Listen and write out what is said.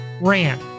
ran